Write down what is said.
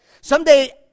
Someday